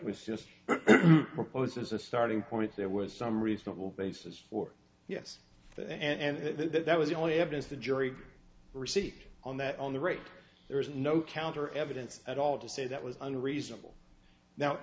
was just posed as a starting point there was some reasonable basis for yes the and that was the only evidence the jury received on that on the rate there was no counter evidence at all to say that was unreasonable now